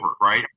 right